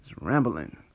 rambling